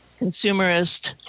consumerist